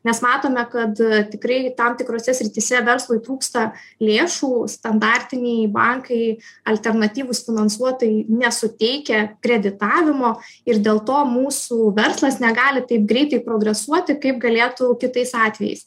nes matome kad tikrai tam tikrose srityse verslui trūksta lėšų standartiniai bankai alternatyvūs finansuotojai nesuteikia kreditavimo ir dėl to mūsų verslas negali taip greitai progresuoti kaip galėtų kitais atvejais